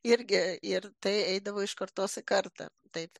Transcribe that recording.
irgi ir tai eidavo iš kartos į kartą taip